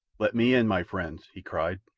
let me in, my friends! he cried.